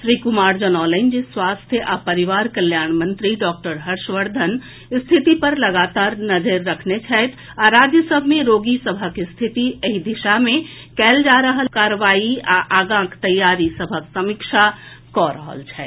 श्री कुमार जनौलनि जे स्वास्थ्य आ परिवार कल्याण मंत्री डॉक्टर हर्षवर्धन स्थिति पर लगातार नजरि रखने छथि आ राज्य सभ मे रोगी सभक स्थिति एहि दिशा मे कयल जा रहल कार्रवाई आ आगांक तैयारी सभक समीक्षा कऽ रहल छथि